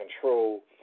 control